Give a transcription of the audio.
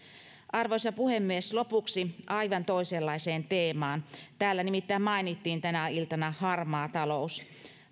arvoisa puhemies lopuksi aivan toisenlaiseen teemaan täällä nimittäin mainittiin tänä iltana harmaa talous